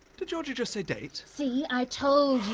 did georgie just say date? see? i told you.